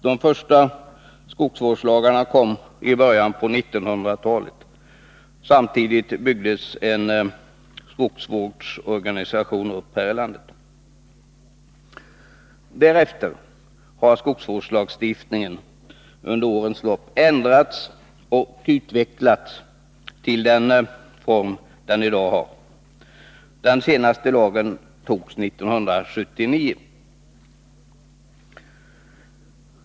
De första skogsvårdslagarna kom i början av 1900-talet. Samtidigt byggdes en skogsvårdsorganisation upp här i landet. Därefter har skogsvårdslagstiftningen under årens lopp ändrats och utvecklats till den form den i dag har. Den senaste lagen antogs 1979.